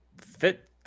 fit